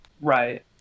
right